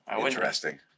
interesting